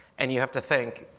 and you have to think,